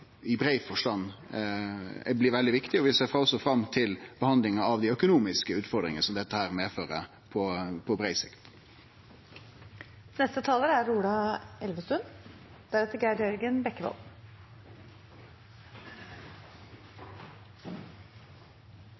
i andre sektorar, noko som gjer at behovet for tiltak i brei forstand blir veldig viktig. Vi ser også fram til behandlinga av dei økonomiske utfordringane som dette medfører på